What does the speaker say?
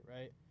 right